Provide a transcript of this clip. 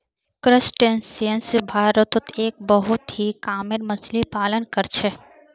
crustaceans भारतत एक बहुत ही कामेर मच्छ्ली पालन कर छे